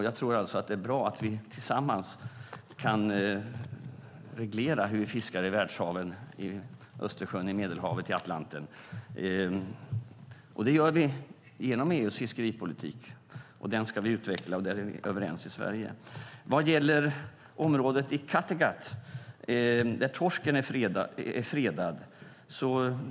Jag tror alltså att det är bra att vi tillsammans kan reglera hur vi fiskar i världshaven, i Östersjön, i Medelhavet och i Atlanten. Det gör vi genom EU:s fiskeripolitik, och den ska vi utveckla, och där är vi överens i Sverige. Sedan gäller det området i Kattegatt, där torsken är fredad.